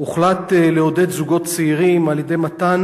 הוחלט לעודד זוגות צעירים על-ידי מתן